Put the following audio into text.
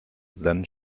then